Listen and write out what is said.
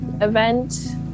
event